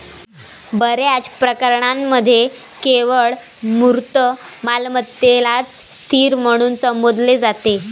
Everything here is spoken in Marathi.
बर्याच प्रकरणांमध्ये केवळ मूर्त मालमत्तेलाच स्थिर म्हणून संबोधले जाते